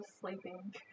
sleeping